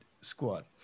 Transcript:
squad